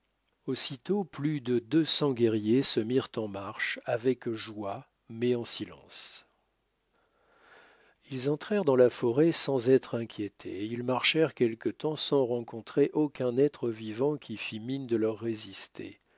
aussitôt plus de deux cents guerriers se mirent en marche avec joie mais en silence ils entrèrent dans la forêt sans être inquiétés et ils marchèrent quelque temps sans rencontrer aucun être vivant qui fit mine de leur résister